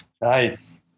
Nice